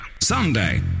Sunday